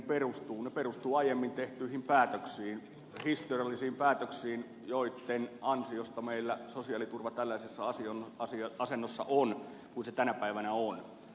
ne perustuvat aiemmin tehtyihin päätöksiin historiallisiin päätöksiin joitten ansiosta meillä on sosiaaliturva tällaisessa asennossa kuin se tänä päivänä on